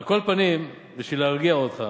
על כל פנים, בשביל להרגיע אותך,